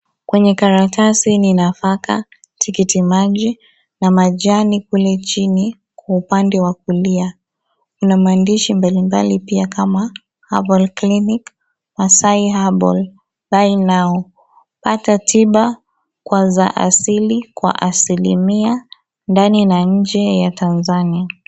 Kwenye karatasi ni nafaka, tikiti maji na majani kule chini kwa upande wa kulia ina maandishi mbali mbali pia kama Herbal clinic Masai herbal buy now pata tiba kwa za asili kwa asilimia ndani na nje ya Tanzania.